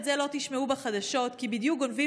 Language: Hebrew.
את זה לא תשמעו בחדשות כי בדיוק גונבים